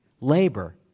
Labor